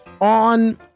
on